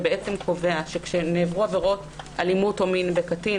קובע שכשנעברו עבירות אלימות או מין בקטין,